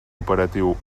operatiu